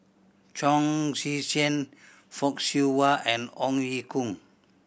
Chong Tze Chien Fock Siew Wah and Ong Ye Kung